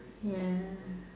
ya